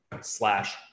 slash